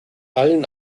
allen